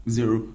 Zero